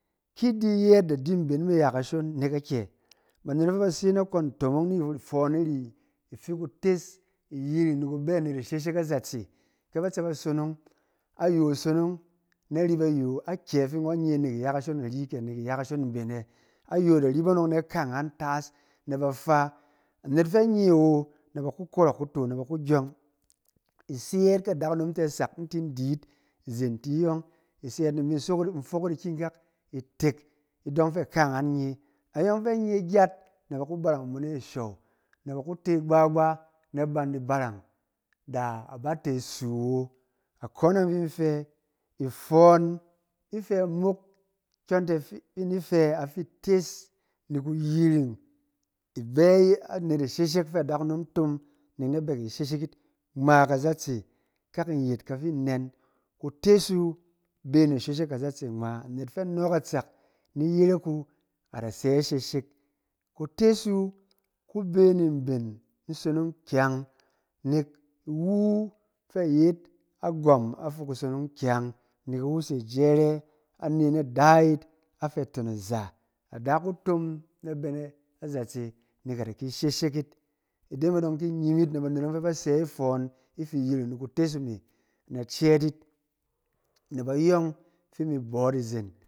Ki i di yɛɛt, da di mben mi ya kashon nɛk akyɛ? Banet ɔng fɛ ba se na kong ntomong, ifi kutes iyiring ku bɛ anet isheshek azeng nazatse. Ka ba tse ba sonong, ayong sonong na rip ayong akyɛ? Fi ngɔn nye nɛk iya kashon ari kɛ iya kashon mben ɛ? Ayong da rip anɔng, na kaangan tas na ba fa, anet ɔng fɛ a nye wo, na ba ku kɔrɔk kuto, na ba gyɔng. I se ƴɛɛt ke adakunom tɛ sak in tin di yit izen ti nyɔng, i se yɛɛt ni in bi in sok yit, in fok yit ikikak itek idɔng fɛ kaangan nye. Ayɔng fɛ a nye gyat, na ba ku barang mo ne ashow, na ba ku te gbagba na ban di barang, da a ba te suu wo. Akone fin in di fɛ, ifɔn ifɛ amok kyɔng tɛ fin in di fɛ afi tes ni kuyiring i bɛ anet isheshek fɛ adakunom tom ne na bɛ ki sheshek 'it, ngma kazatse ka kin yet kafi inɛn, kutes wu bɛ ni sheshek kazatse ngma. Anet fɛ a nɔɔk atsak ni yerek wu a da sɛ isheshek. Kutes wu ku bɛ ni mben isonong kyang, nɛk iwu fɛ a yet agwɔm a fi kusonong kyang, nɛk iwu se jɛrɛ, a ne na ada yit afɛ tom-aza. Ada ku tom na bɛ nazatse nɛk a da ki sheshek yit. Ide me dɔng, ki in nye yit na banet ɔng fɛ ba sɛ ifɔn i fi iyiring ni kutes e me, na cɛɛt yit, na bayɔng fi in mi bɔ yit izen.